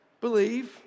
Believe